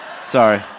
Sorry